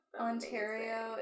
Ontario